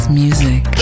music